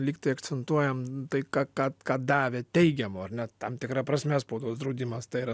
lyg tai akcentuojam tai ką ką ką davė teigiamo ar ne tam tikra prasme spaudos draudimas tai yra